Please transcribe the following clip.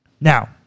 Now